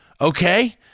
okay